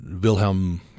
Wilhelm